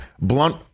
blunt